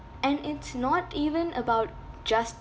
and it's not even about just